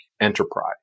enterprise